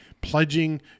pledging